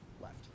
left